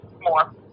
more